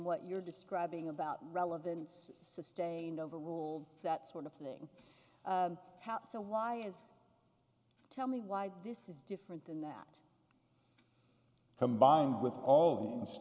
what you're describing about relevance sustained overrule that sort of thing how so why is tell me why this is different than that combined with all the